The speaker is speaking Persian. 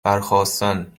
برخاستن